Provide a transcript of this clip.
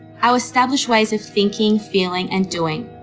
our established ways of thinking, feeling and doing.